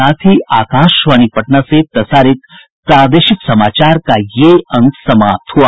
इसके साथ ही आकाशवाणी पटना से प्रसारित प्रादेशिक समाचार का ये अंक समाप्त हुआ